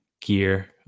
gear